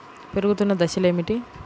పెరుగుతున్న దశలు ఏమిటి?